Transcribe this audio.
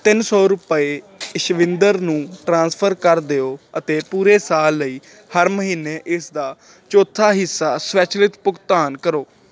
ਤਿੰਨ ਸੌ ਰੁਪਏ ਇਸ਼ਵਿੰਦਰ ਨੂੰ ਟ੍ਰਾਂਸਫਰ ਕਰ ਦਿਓ ਅਤੇ ਪੂਰੇ ਸਾਲ ਲਈ ਹਰ ਮਹੀਨੇ ਇਸਦਾ ਚੌਥਾ ਹਿੱਸਾ ਸਵੈਚਲਿਤ ਭੁਗਤਾਨ ਕਰੋ